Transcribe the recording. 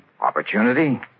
Opportunity